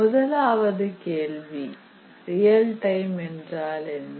முதலாவது கேள்வி real time என்றால் என்ன